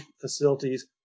facilities